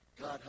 God